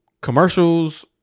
commercials